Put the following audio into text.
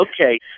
Okay